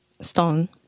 stone